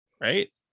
Right